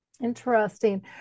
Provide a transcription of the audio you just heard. Interesting